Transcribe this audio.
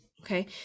okay